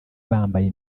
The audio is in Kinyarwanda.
bambaye